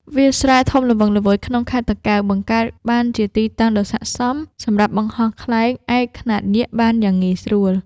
វាលស្រែធំល្វឹងល្វើយក្នុងខេត្តតាកែវ បង្កើតបានជាទីតាំងដ៏ស័ក្តិសមសម្រាប់បង្ហោះខ្លែងឯកខ្នាតយក្សបានយ៉ាងងាយស្រួល។